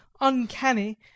uncanny